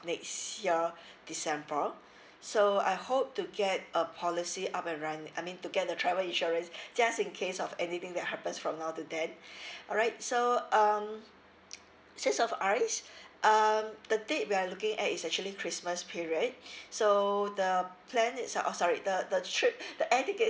next year december so I hope to get a policy up and run~ I mean to get the travel insurance just in case of anything that happens from now to then alright so um six of us um the date we are looking at is actually christmas period so the plan is oh sorry the the trip the air tickets